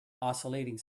oscillating